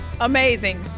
Amazing